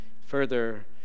Further